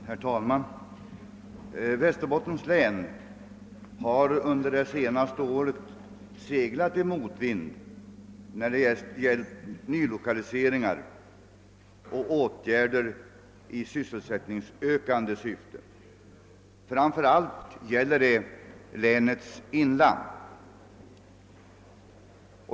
Herr talman! Västerbottens län har under det senaste året seglat i motvind när det gällt nylokaliseringar och åtgärder i sysselsättningsökande syfte — framför allt gäller detta länets inland.